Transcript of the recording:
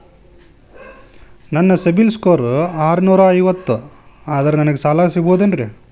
ನನ್ನ ಸಿಬಿಲ್ ಸ್ಕೋರ್ ಆರನೂರ ಐವತ್ತು ಅದರೇ ನನಗೆ ಸಾಲ ಸಿಗಬಹುದೇನ್ರಿ?